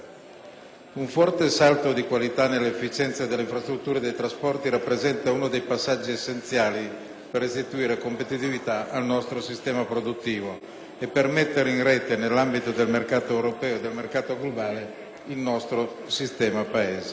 Un forte salto di qualità nell'efficienza delle infrastrutture e dei trasporti rappresenta uno dei passaggi essenziali per restituire competitività al nostro sistema produttivo e per mettere in rete, nell'ambito del mercato europeo e globale, il nostro sistema Paese.